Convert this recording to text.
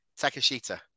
Takashita